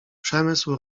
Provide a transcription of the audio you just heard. przemysł